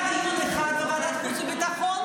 האם היה דיון אחד בוועדת החוץ והביטחון?